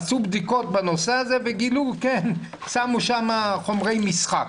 עשו בדיקות בנושא הזה וגילו ששמו בכביש חומרי משחק.